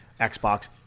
Xbox